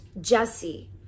Jesse